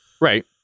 Right